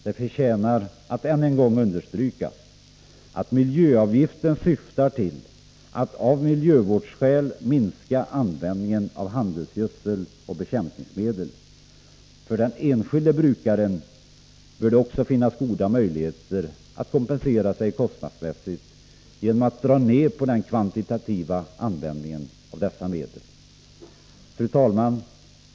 Det förtjänar att än en gång understrykas att miljöavgiften syftar till att av miljövårdsskäl minska användningen av handelsgödsel och bekämpningsmedel. För den enskilde brukaren torde det finnas goda möjligheter att kompensera sig kostnadsmässigt genom att dra ned på den kvantitativa användningen av dessa medel. Fru talman!